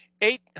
Eight